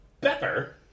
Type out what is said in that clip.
pepper